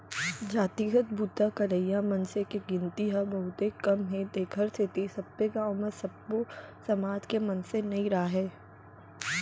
जातिगत बूता करइया मनसे के गिनती ह बहुते कम हे तेखर सेती सब्बे गाँव म सब्बो समाज के मनसे नइ राहय